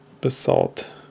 basalt